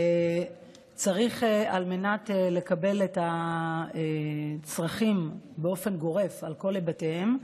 על מנת לקבל את הצרכים באופן גורף על כל היבטיהם,